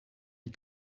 die